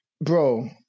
bro